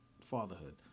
fatherhood